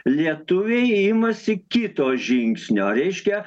lietuviai imasi kito žingsnio reiškia